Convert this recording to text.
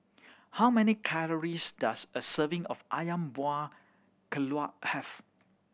how many calories does a serving of Ayam Buah Keluak have